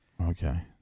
Okay